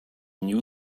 knew